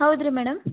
ಹೌದ್ರಿ ಮೇಡಮ್